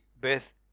Beth